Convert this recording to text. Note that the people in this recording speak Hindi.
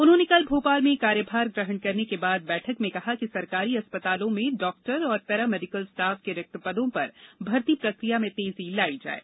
उन्होंने कल भोपाल में कार्यभार ग्रहण करने के बाद बैठक र्मे कहा कि सरकारी अस्पतालों में डॉक्टर और पैरा मेडिकल स्टाफ के रिक्त पदों पर भर्ती प्रक्रिया में तेजी लाई जाये